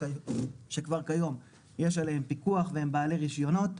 שכבר כיום יש עליהם פיקוח והם בעלי רישיונות.